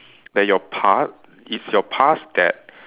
that your part is your past that